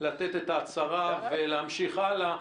לתת את ההצהרה ולהמשיך הלאה.